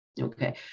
okay